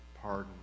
pardon